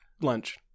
Lunch